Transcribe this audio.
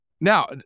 Now